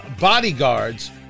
bodyguards